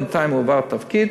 בינתיים הוא עבר תפקיד,